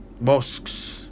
mosques